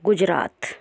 Gujarat